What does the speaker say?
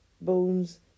bones